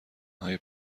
های